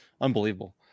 Unbelievable